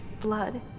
blood